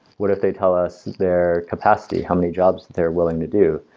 what if they tell us their capacity? how many jobs they're willing to do?